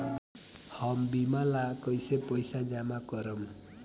हम बीमा ला कईसे पईसा जमा करम?